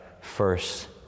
first